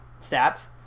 stats